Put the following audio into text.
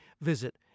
visit